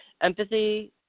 Empathy